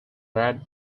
brad